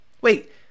Wait